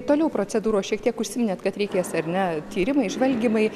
toliau procedūros šiek tiek užsiminėt kad reikės ar ne tyrimai žvalgymai